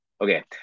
okay